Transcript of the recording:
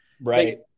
Right